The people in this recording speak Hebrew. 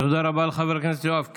תודה רבה לחבר הכנסת יואב קיש.